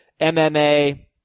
MMA